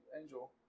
angel